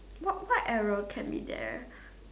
what what error can be there